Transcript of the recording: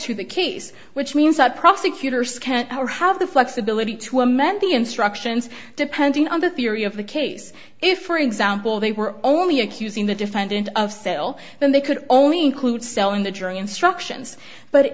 to the case which means that prosecutors can our have the flexibility to amend the instructions depending on the theory of the case if for example they were only accusing the defendant of sale then they could only include selling the jury instructions but